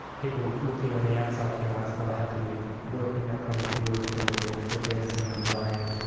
people looking on the outside can ask, oh, how can you work in that kind of field with all the the death and the dying?